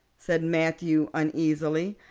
said matthew uneasily.